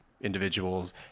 individuals